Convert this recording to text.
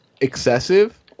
excessive